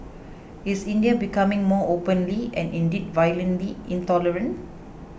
is India becoming more openly and indeed violently intolerant